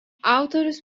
autorius